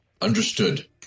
Understood